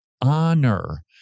honor